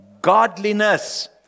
godliness